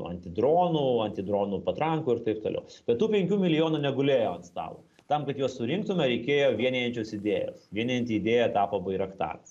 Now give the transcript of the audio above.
antidronų antidronų patrankų ir taip toliau bet tų penkių milijonų negulėjo ant stalo tam kad juos surinktume reikėjo vienijančios idėjos vienijanti idėja tapo bairaktaras